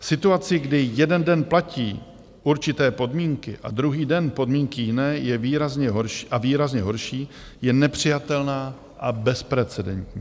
Situace, kdy jeden den platí určité podmínky a druhý den podmínky jiné a výrazně horší, je nepřijatelná a bezprecedentní.